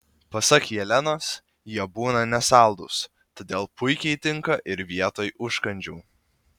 pasak jelenos jie būna nesaldūs todėl puikiai tinka ir vietoj užkandžių